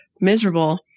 miserable